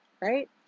Right